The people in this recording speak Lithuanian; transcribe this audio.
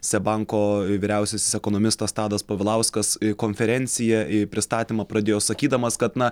seb banko vyriausiasis ekonomistas tadas povilauskas konferenciją i pristatymą pradėjo sakydamas kad na